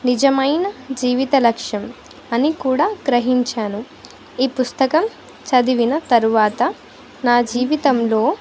నిజమైన జీవిత లక్ష్యం అని కూడా గ్రహించాను ఈ పుస్తకం చదివిన తరువాత నా జీవితంలో